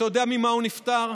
אתה יודע ממה הוא נפטר?